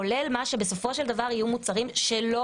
כולל מה שבסופו של דבר יהיו מוצרים שלא